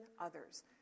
others